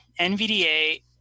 NVDA